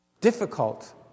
difficult